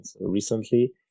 recently